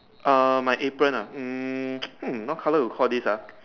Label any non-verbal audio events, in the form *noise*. err my apron ah um *noise* hmm what colour you called this ah